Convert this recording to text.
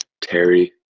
Terry